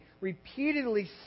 repeatedly